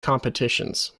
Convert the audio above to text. competitions